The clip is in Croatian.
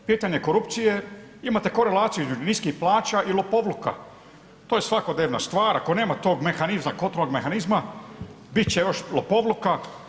Pitanje korupcije, imate korelaciju između niskih plaća i lopovluka, to je svakodnevna stvar, ako nemate tog mehanizma, kontrolnog mehanizma, bit će još lopovluka.